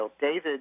David